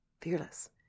fearless